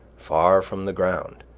far from the ground,